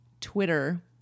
Twitter